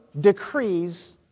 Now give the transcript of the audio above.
decrees